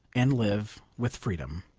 and live with freedom.